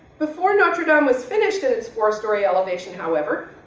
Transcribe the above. before notre dame was finished in its four-story elevation however,